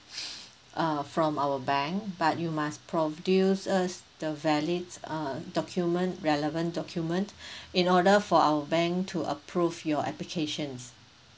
uh from our bank but you must produce us the valid uh document relevant document in order for our bank to approve your application